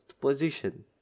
position